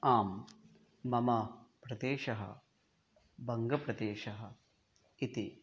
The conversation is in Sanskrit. आं मम प्रदेशः बङ्गप्रदेशः इति